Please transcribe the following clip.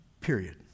period